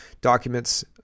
documents